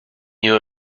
you